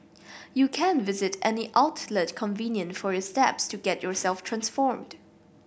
you can visit any outlet convenient for your steps to get yourself transformed